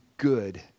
good